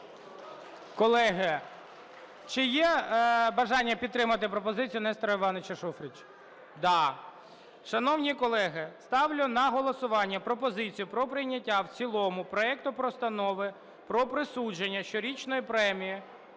Колеги, чи є бажання підтримати пропозицію Нестора Івановича Шуфрича?